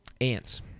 Ants